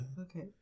Okay